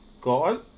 God